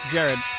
Jared